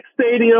stadium